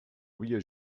havia